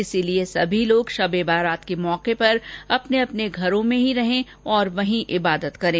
इसीलिए सभी लोग शब ए बारात के मौके पर अपने अपने घरों में ही रहें और वहीं इबादत करें